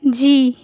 جی